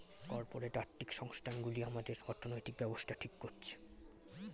corporate আর্থিক সংস্থান গুলি আমাদের অর্থনৈতিক ব্যাবস্থা ঠিক করছে